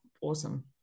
awesome